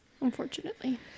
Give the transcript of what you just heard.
Unfortunately